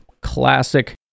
Classic